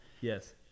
yes